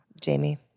Jamie